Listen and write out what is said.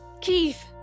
Keith